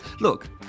Look